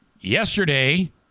Yesterday